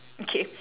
okay